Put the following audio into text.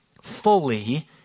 fully